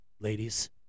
ladies